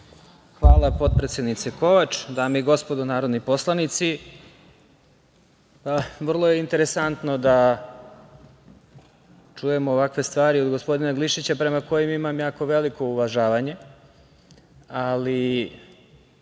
Hvala, potpredsednice Kovač. Dame i gospodo narodni poslanici, vrlo je interesantno da čujem ovakve stvari od gospodin Gliša prema kojem imam jako veliko uvažavanje. Koliko